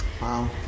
Wow